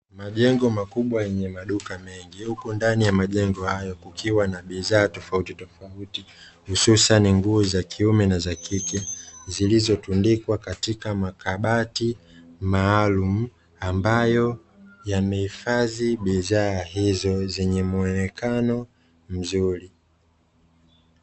Majengo makubwa yenye maduka mengi, huku ndani ya majengo hayo, kukiwa na bidhaa tofauti tofauti hususani nguo za kiume na za kike zilizotundikwa katika makabati maalumu, ambayo yamehifadhi bidhaa hizo zenye muonekano mzuri.